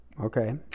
Okay